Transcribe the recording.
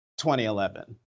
2011